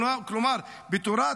כלומר בתורה,